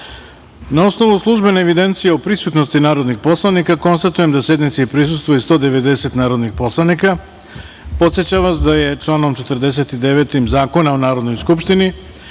osnovu službene evidencije o prisutnosti narodnih poslanika, konstatujem da sednici prisustvuje 190 narodnih poslanika. Podsećam vas da je članom 49. Zakona o Narodnoj skupštini